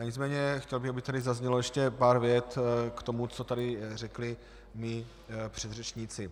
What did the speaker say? Nicméně bych chtěl, aby tady zaznělo ještě pár vět k tomu, co tady řekli mí předřečníci.